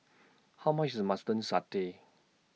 How much IS Satay